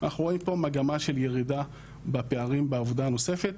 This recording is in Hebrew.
אנחנו רואים פה מגמה של ירידה בפערים בעבודה הנוספת.